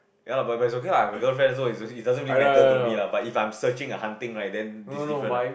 ya lah but but is okay lah I have a girlfriend so it also it doesn't mean matter to me lah but if I'm searching and hunting right then is different lah